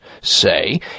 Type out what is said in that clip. say